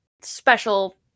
special